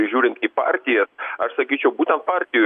žiūrint į partijas aš sakyčiau būtent partijų